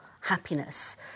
happiness